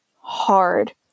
hard